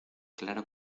claro